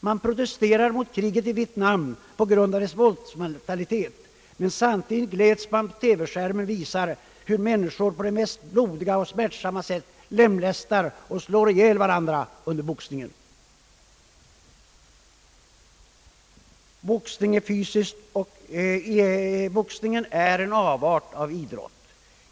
Man protesterar mot kriget i Vietnam på grund av dess våldsmentalitet, men samtidigt gläds man, då TV-skärmen visar hur människor på det mest blodiga och smärtsamma sätt lemlästar och slår ihjäl varandra under boxning. Boxningen är en avart av idrott.